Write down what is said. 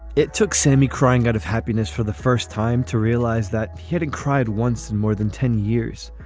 it took sammy crying out of happiness for the first time to realize that hit and cried once in more than ten years.